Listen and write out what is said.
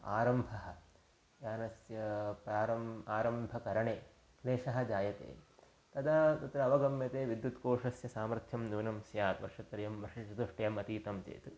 आरम्भः यानस्य प्रारम् आरम्भकरणे क्लेशः जायते तदा तत्र अवगम्यते विद्युत्कोषस्य सामर्थ्यं न्यूनं स्यात् वर्षत्रयं वर्षचतुष्ट्या अतीतं चेत्